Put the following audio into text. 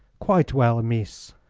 quite well, mees.